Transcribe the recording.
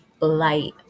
light